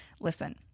Listen